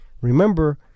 Remember